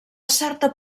certa